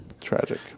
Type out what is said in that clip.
Tragic